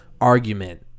argument